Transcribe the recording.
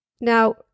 Now